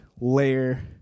layer